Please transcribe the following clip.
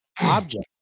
object